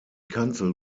kanzel